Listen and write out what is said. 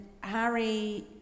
harry